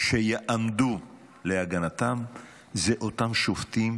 שיעמדו להגנתם הם אותם שופטים